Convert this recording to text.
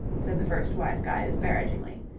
said the first wise guy disparagingly,